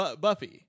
Buffy